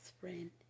friend